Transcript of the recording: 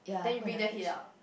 then you bring there heat up